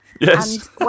yes